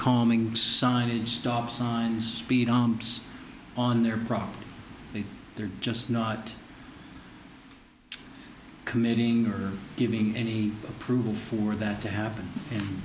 calming signage stop signs beat arms on their property they're just not committing or giving any approval for that to happen and